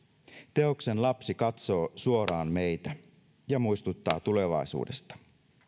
teoksen lapsi katsoo suoraan meitä ja muistuttaa tulevaisuudesta